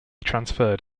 transferred